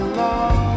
love